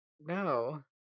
No